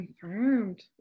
confirmed